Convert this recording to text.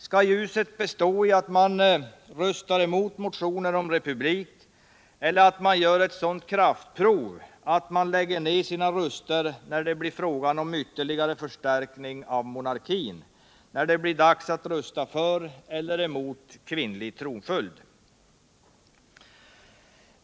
Skall ljuset bestå i att man röstar emot motionerna om republik eller att man gör ett sådant ”kraftprov” att man lägger ner sina röster när det blir fråga om en ytterligare förstärkning av monärkin, när det blir dags att rösta för eller emot kvinnlig tronföljd?